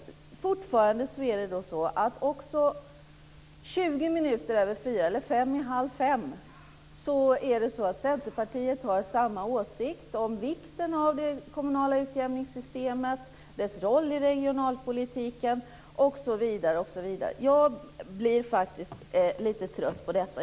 Men fortfarande, klockan fem i halv fem, är det så att Centerpartiet har samma åsikt om vikten av det kommunala utjämningssystemet, dess roll i regionalpolitiken osv. Jag blir faktiskt lite trött på detta.